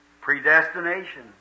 Predestination